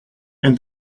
and